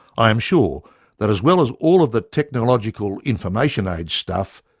i am sure that as well as all of the technological, information age stuff,